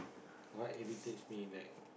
what irritates me back